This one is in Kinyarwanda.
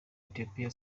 ethiopia